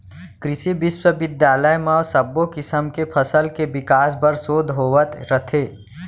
कृसि बिस्वबिद्यालय म सब्बो किसम के फसल के बिकास बर सोध होवत रथे